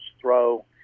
throw